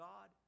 God